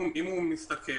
אם הוא משתכר,